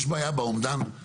יש בעיה אחת באומדן